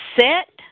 Set